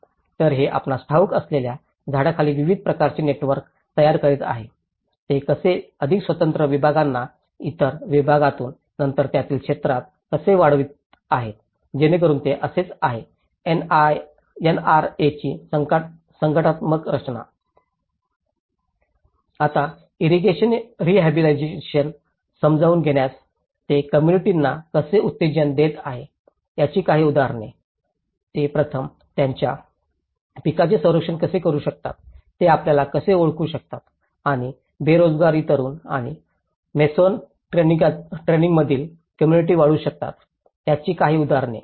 तर हे आपणास ठाऊक असलेल्या झाडाखाली विविध प्रकारचे नेटवर्क तयार करीत आहे ते कसे अधिक स्वतंत्र विभागांना नंतर विभागांतून नंतर त्यातील क्षेत्रांत कसे वाढवित आहे जेणेकरून ते असेच आहे एनआरएची संघटनात्मक रचना आता इर्रीगेशन रिहॅबिलिटेशन समजावून घेण्यास ते कोम्मुनिटीना कसे उत्तेजन देत आहेत याची काही उदाहरणे ते प्रथम त्यांच्या पिकाचे संरक्षण कसे करू शकतात ते आपल्याला कसे ओळखू शकतात आणि बेरोजगारी तरुण आणि मसोन ट्रैनिंगतील कोम्मुनिटी वाढवू शकतात याची काही उदाहरणे